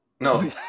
No